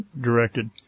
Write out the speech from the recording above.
directed